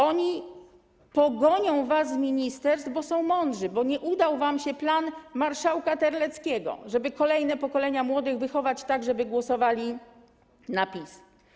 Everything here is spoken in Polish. Oni pogonią was z ministerstw, bo są mądrzy, bo nie udał wam się plan marszałka Terleckiego, żeby kolejne pokolenia młodych wychować tak, żeby głosowali na PiS.